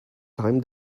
time